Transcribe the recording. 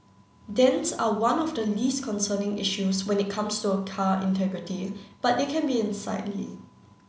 dents are one of the least concerning issues when it comes to car integrity but they can be unsightly